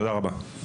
תודה רבה.